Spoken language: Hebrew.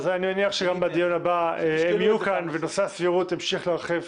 אז אני מניח שגם בדיון הבא הם יהיו כאן ונושא הסבירות ימשיך לרחף